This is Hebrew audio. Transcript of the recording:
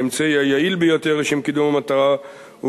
האמצעי היעיל ביותר לשם קידום המטרה הוא